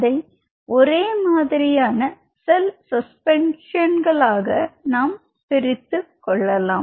அதை ஒரே மாதிரியான செல் சஸ்பென்ஸன்களாக நாம் பிரித்துக் கொள்ளலாம்